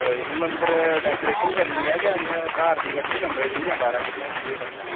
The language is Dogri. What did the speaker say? कोई निं मंदर डेकोरेशन करनी ऐ जां इ'यां घर दी करनी कमरे दी जां बाहरै दी केह् मसला